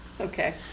Okay